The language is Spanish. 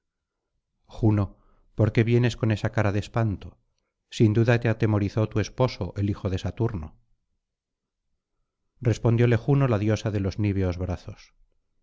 juno por qué vienes con esa cara de espanto sin duda te atemorizó tu esposo el hijo de saturno respondióle juno la diosa de los niveos brazos